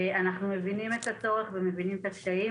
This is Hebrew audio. אנחנו מבינים את הצורך ומבינים את הקשיים,